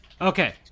Okay